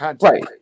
Right